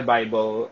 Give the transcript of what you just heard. Bible